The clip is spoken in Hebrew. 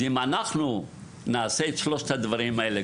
אם אנחנו נעשה את שלושת הדברים האלה,